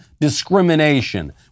discrimination